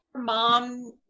mom